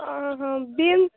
ହଁ ହଁ ବିମ୍ସ